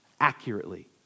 accurately